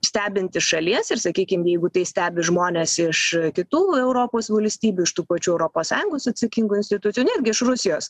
stebint iš šalies ir sakykim jeigu tai stebi žmonės iš kitų europos valstybių iš tų pačių europos sąjungos atsakingų institucijų netgi iš rusijos